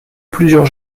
plusieurs